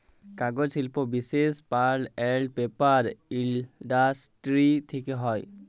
কাগজ শিল্প বিশেষ পাল্প এল্ড পেপার ইলডাসটিরি থ্যাকে হ্যয়